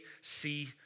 see